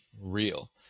real